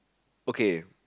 okay